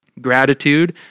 Gratitude